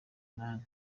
umunani